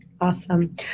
Awesome